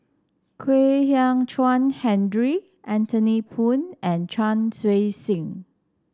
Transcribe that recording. Kwek Hian Chuan Henry Anthony Poon and Chan Chun Sing